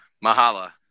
Mahala